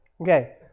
Okay